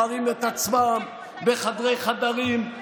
באף מדינה בעולם אין מצב שבו השופטים בוחרים את עצמם בחדרי-חדרים,